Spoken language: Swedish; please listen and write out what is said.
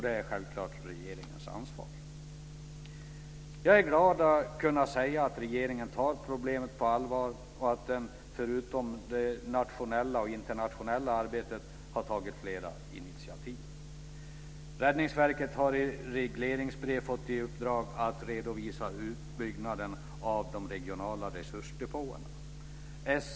Det är självklart regeringens ansvar. Jag är glad att kunna säga att regeringen tar problemet på allvar och att den förutom det nationella och internationella arbetet har tagit flera initiativ. Räddningsverket har i regleringsbrev fått i uppdrag att redovisa uppbyggnaden av de regionala resursdepåerna.